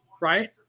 right